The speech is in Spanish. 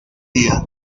día